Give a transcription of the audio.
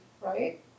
right